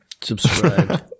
Subscribe